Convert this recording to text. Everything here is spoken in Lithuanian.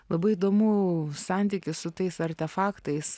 labai įdomu santykis su tais artefaktais